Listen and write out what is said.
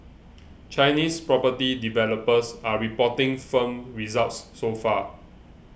Chinese property developers are reporting firm results so far